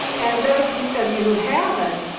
and those of you who haven't,